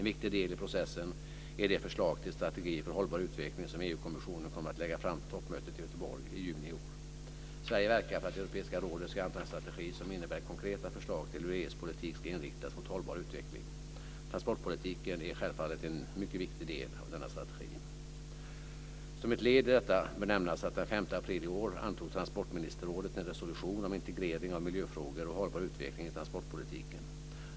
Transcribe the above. En viktig del i denna process är det förslag till strategi för hållbar utveckling som EU-kommissionen kommer att lägga fram till toppmötet i Göteborg i juni i år. Sverige verkar för att Europeiska rådet ska anta en strategi som innebär konkreta förslag till hur EU:s politik ska inriktas mot hållbar utveckling. Transportpolitiken är en viktig del av denna strategi. Som ett led i detta bör nämnas att transportministerrådet den 5 april i år antog en resolution om integrering av miljöfrågor och hållbar utveckling i transportpolitiken.